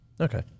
Okay